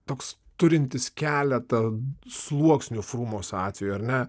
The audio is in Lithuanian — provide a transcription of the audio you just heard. toks turintis keletą sluoksnių frumos atveju ar ne